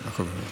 הכול בסדר.